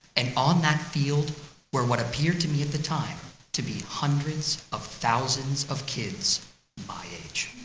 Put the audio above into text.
and on that field were what appeared to me at the time to be hundreds of thousands of kids my age.